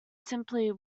simply